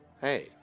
Hey